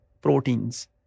proteins